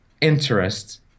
interest